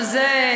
שזה,